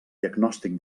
diagnòstic